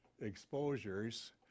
exposures